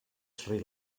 sri